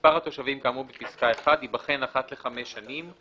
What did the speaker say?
(3)מספר התושבים כאמור בפסקה (1) ייבחן אחת לחמש שנים,